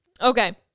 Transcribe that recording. Okay